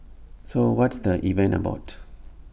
so what's the event about